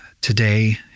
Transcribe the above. Today